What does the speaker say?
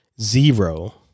zero